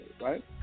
right